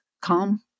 Calm